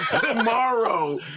tomorrow